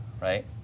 right